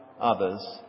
others